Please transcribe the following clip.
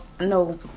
No